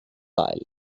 weile